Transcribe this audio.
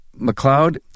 McLeod